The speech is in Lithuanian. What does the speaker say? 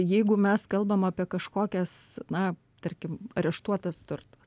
jeigu mes kalbam apie kažkokias na tarkim areštuotas turtas